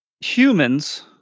humans